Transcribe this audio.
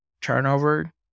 turnover